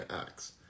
acts